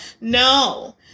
No